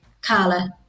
Carla